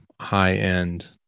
high-end